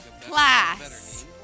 Class